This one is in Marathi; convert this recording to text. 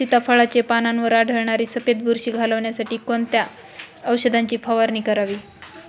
सीताफळाचे पानांवर आढळणारी सफेद बुरशी घालवण्यासाठी कोणत्या औषधांची फवारणी करावी?